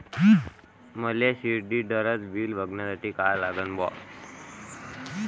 मले शिलिंडरचं बिल बघसाठी का करा लागन?